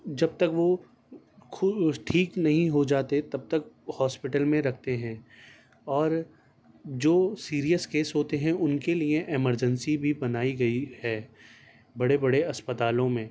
جب تک وہ ٹھیک نہیں ہو جاتے تب تک ہاسپٹل میں رکھتے ہیں اور جو سیریئس کیس ہوتے ہیں ان کے لیے ایمرجنسی بھی بنائی گئی ہے بڑے بڑے اسپتالوں میں